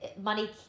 money